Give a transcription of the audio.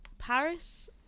Paris